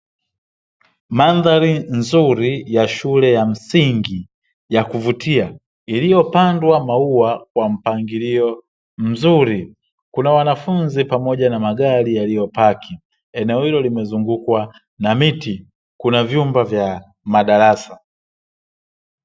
Mandhari nzuri ya shule ya msingi ya kuvutia iliyopandwa maua kwa mpangilio mzuri, kuna wanafunzi pamoja na magari yaliyopaki. Eneo hilo limezungukwa na miti kuna vyumba vya madarasa.